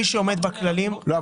מי שעומד בכללים --- לא,